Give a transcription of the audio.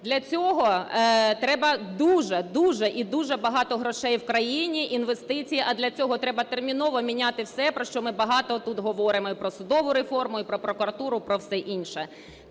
Для цього треба дуже-дуже і дуже багато грошей в країні, інвестиції, а для цього треба терміново міняти все, про що ми багато тут говоримо: і про судову реформу, і про прокуратуру, і про все інше.